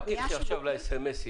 אל תלכי עכשיו ל-SMS.